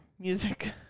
music